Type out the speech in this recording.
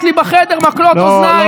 יש לי בחדר מקלות אוזניים.